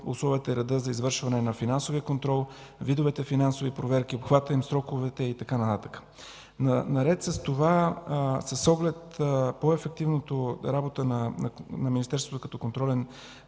условията и редът за извършване на финансовия контрол, видовете финансови проверки, обхватът им, сроковете и така нататък. Наред с това с оглед по-ефективната работа на Министерството като контролен